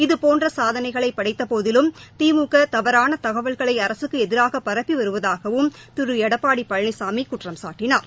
இதுபோன்ற சாதனைகளை படைத்தபோதிலும் திமுக தவறான தகவல்களை அரசுக்கு எதிராக பரப்பி வருவதாகவும் திரு எடப்பாடி பழனிசாமி குற்றம்சாட்டினார்